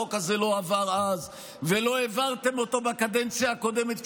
החוק הזה לא עבר אז ולא העברתם אותו בקדנציה הקודמת,